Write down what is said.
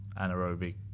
anaerobic